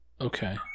Okay